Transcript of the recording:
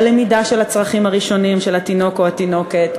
הלמידה של הצרכים הראשונים של התינוק או התינוקת,